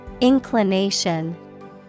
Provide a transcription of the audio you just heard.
Inclination